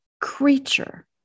creature